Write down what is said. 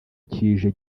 kije